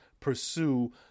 pursue